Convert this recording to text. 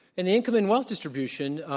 and the income and wealth distribution,